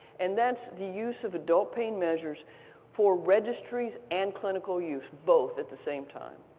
and that's the use of adult pain measures for registries and clinical use both at the same time.